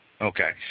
Okay